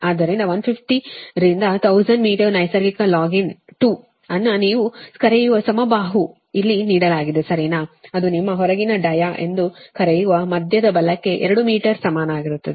ಆದ್ದರಿಂದ 150 ರಿಂದ 1000 ಮೀಟರ್ ನೈಸರ್ಗಿಕ ಲಾಗ್ ಇನ್ 2 ಅನ್ನು ನೀವು ಕರೆಯುವ ಸಮಬಾಹು ಇಲ್ಲಿ ನೀಡಲಾಗಿದೆ ಸರಿನಾ ಅದು ನಿಮ್ಮ ಹೊರಗಿನ ಡಯಾ ಎಂದು ಕರೆಯುವ ಮಧ್ಯದ ಬಲಕ್ಕೆ 2 ಮೀಟರ್ ಸಮನಾಗಿರುತ್ತದೆ